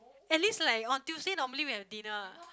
at least like on Tuesday normally we have dinner